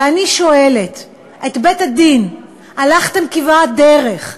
ואני שואלת את בית-הדין: הלכתם כברת דרך,